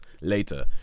later